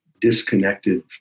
Disconnected